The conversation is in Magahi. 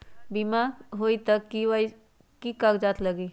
बिमा होई त कि की कागज़ात लगी?